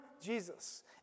Jesus